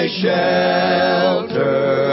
shelter